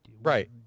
Right